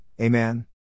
Amen